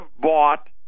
bought